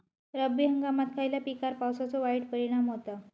रब्बी हंगामात खयल्या पिकार पावसाचो वाईट परिणाम होता?